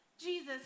Jesus